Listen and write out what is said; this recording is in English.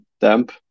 damp